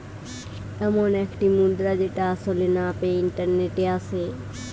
এমন একটি মুদ্রা যেটা আসলে না পেয়ে ইন্টারনেটে আসে